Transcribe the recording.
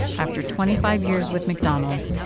after twenty five years with mcdonald's,